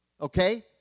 Okay